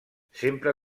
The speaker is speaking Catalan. sempre